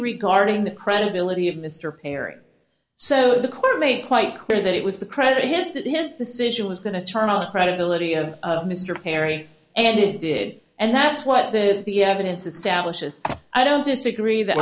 regarding the credibility of mr perry so the court made quite clear that it was the credit history his decision was going to turn on the credibility of mr perry and it did and that's what the the evidence of stablish is i don't disagree that